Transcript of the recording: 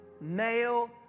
Male